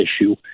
issue